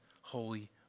holy